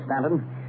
Stanton